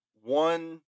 One